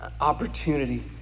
opportunity